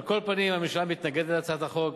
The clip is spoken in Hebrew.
על כל פנים, הממשלה מתנגדת להצעת החוק.